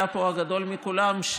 היה פה הגדול מכולם,